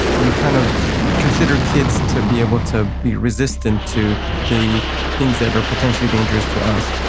we kind of consider kids to be able to be resistant to the things that are potentially dangerous to us,